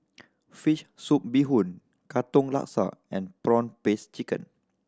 fish soup bee hoon Katong Laksa and prawn paste chicken